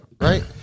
right